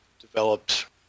developed